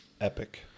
epic